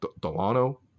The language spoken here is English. Delano